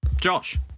Josh